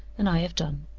and i have done.